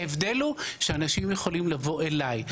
ההבדל הוא שאנשים יכולים לבוא אליי.